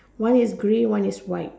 one is grey one is white